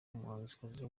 muhanzikazi